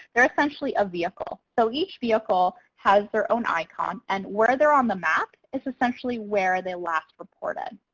they're essentially a vehicle. so each vehicle has their own icon, and where they're on the map is essentially where they last reported.